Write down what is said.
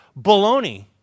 Baloney